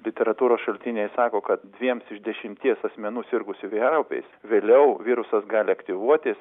literatūros šaltiniai sako kad dviems iš dešimties asmenų sirgusių vėjaraupiais vėliau virusas gali aktyvuotis